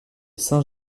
saint